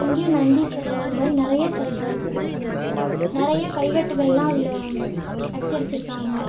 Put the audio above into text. இங்கேயும் நந்தி செலை அதை மாதிரி நிறையா செலைல்லா இருக்குது நிறையா கல்வெட்டுகள்லான் அதில் அச்சடிச்சிருக்காங்க